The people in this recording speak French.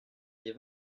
les